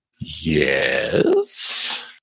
Yes